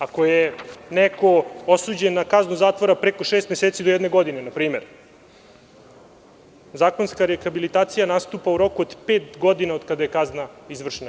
Ako je neko osuđen na kaznu zatvora preko šest meseci do jedne godine, npr, zakonska rehabilitacija nastupa u roku od pet godina od kada je kazna izvršena.